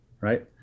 right